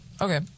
Okay